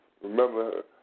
Remember